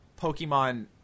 Pokemon